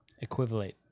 Equivalent